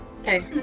Okay